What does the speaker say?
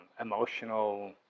emotional